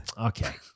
okay